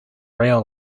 rail